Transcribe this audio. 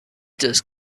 just